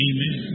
Amen